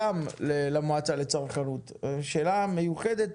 שאלה מיוחדת